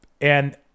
And-